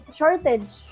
shortage